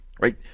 right